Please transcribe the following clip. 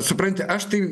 supranti aš tai